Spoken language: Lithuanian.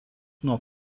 nuo